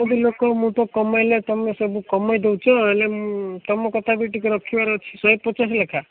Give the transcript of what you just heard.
ସମୁଦି ଲୋକ ମୁଁ ତ କମେଇଲେ ତମେ ସବୁ କମେଇ ଦେଉଛ ହେଲେ ମୁଁ ତମ କଥା ବି ଟିକେ ରଖିବାର ଅଛି ଶହେ ପଚାଶ ଲେଖାଁ